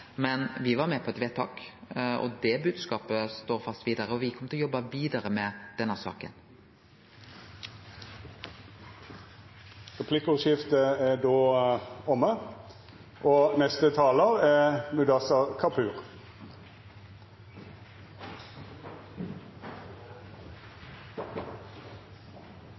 Men me var med på eit vedtak, og det bodskapet står fast, og me kjem til å jobbe vidare med denne saka. Replikkordskiftet er omme.